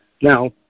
Now